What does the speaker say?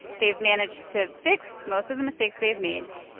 they've managed to fix most of the mistakes they've made,